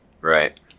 Right